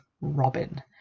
Robin